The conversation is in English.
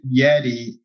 Yeti